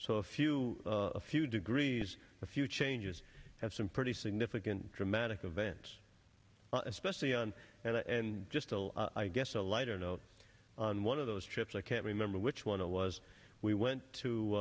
so a few a few degrees a few changes have some pretty significant dramatic events especially on and and just feel i guess a lighter note on one of those trips i can't remember which one it was we went to